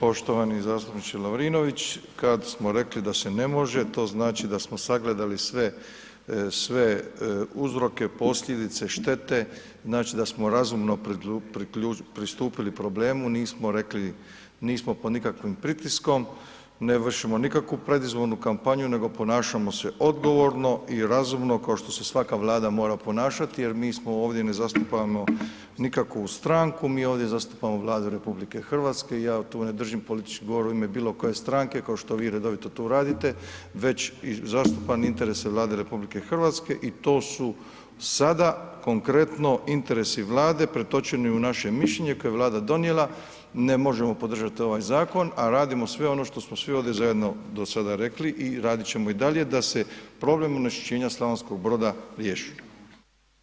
Poštovani zastupniče Lovrinović, kad smo rekli da se ne može, to znači da smo sagledali sve uzroke, posljedice, štete, znači da smo razumno pristupili problemu, nismo rekli, nismo pod nikakvim pritiskom, ne vršimo nikakvu predizbornu kampanju nego ponašamo se odgovorno i razumno kao što se svaka Vlada mora ponašati jer mi smo ovdje, ne zastupamo nikakvu stranku, mi ovdje zastupamo Vladu RH i ja tu ne držim politički govor u ime bilokoje stranke kao što vi redovito to radite, već zastupam interese Vlade RH i to su sada konkretno interesi Vlade pretočeni u naše mišljenje koje je Vlada donijela, ne možemo podržati ovaj zakon a radimo sve ono što smo svi ovdje zajedno do sada rekli i radit ćemo i dalje da se problem onečišćenja Slavonskog Broda riješi.